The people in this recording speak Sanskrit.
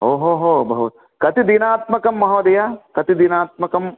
ओ हो हो बहु कति दिनात्मकं महोदय कति दिनात्मकं